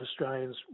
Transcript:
Australians